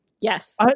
Yes